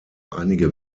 einige